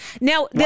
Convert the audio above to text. now